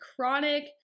chronic